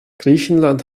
griechenland